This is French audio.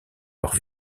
leur